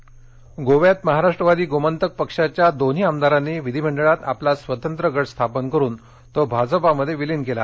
गोवा गोव्यात महाराष्ट्रवादी गोमांतक पक्षाच्या दोन्ही आमदारांनी विधिमंडळात आपला स्वतंत्र गट स्थापन करून तो भाजपमध्ये विलीन केला